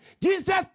Jesus